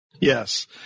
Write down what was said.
Yes